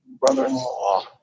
brother-in-law